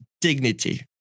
dignity